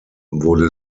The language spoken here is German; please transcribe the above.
wurde